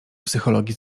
psychologii